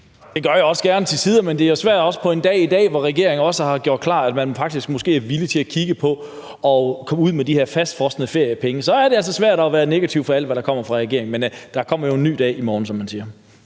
Det er jeg også gerne til tider, men det er svært på en dag, hvor regeringen har gjort klart, at man måske er villig til at kigge på at komme ud med de her fastfrosne feriepenge, for så er det altså svært at være negativ over for alt, hvad der kommer fra regeringens side. Men der kommer jo en ny dag i morgen, som man siger.